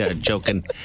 joking